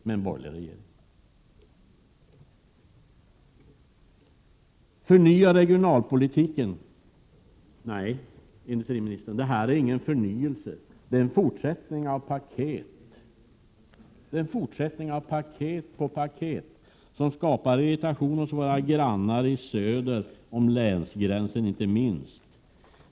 Industriministern talade om att förnya regionalpolitiken. Nej, industriministern, det här är ingen förnyelse — det är en fortsättning av paketpolitiken; regeringen kommer med paket på paket, som skapar irritation hos våra grannar, inte minst söder om länsgränsen.